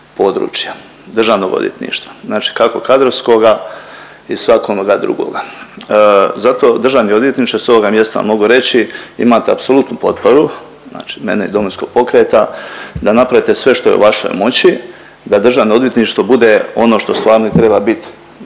državnog odvjetništva znači kako kadrovskoga i svak onoga drugoga. Zato državni odvjetniče s ovoga mjesta mogu reći imate apsolutnu potporu, znači mene i Domovinskog pokreta da napravite sve što je u vašoj moći da državno odvjetništvo bude ono što i stvarno treba bit,